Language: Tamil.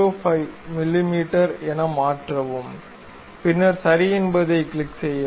05 மிமீ என மாற்றவும் பின்னர் சரி என்பதைக் கிளிக் செய்யவும்